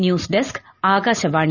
news desk Akashvani